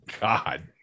God